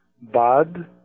Bad